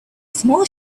small